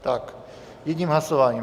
Tak jedním hlasováním.